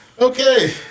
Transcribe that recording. Okay